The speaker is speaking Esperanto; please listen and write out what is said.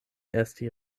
esti